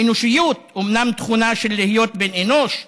האנושיות היא אומנם תכונה של להיות בן אנוש,